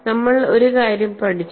നമ്മൾ ഒരു കാര്യം പഠിച്ചു